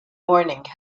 morning